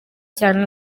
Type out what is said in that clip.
cyane